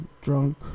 drunk